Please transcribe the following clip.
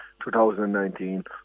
2019